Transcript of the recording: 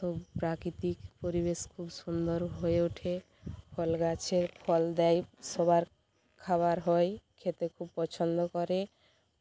সব প্রাকৃতিক পরিবেশ খুব সুন্দর হয়ে ওঠে ফল গাছে ফল দেয় সবার খাওয়ার হয় খেতে খুব পছন্দ করে